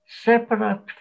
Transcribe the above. separate